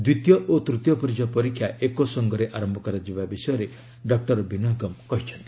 ଦ୍ୱିତୀୟ ଓ ତୂତୀୟ ପର୍ଯ୍ୟାୟ ପରୀକ୍ଷା ଏକସଙ୍ଗରେ ଆରମ୍ଭ କରାଯିବା ବିଷୟରେ ଡକୁର ବିନୟଗମ୍ କହିଛନ୍ତି